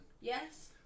Yes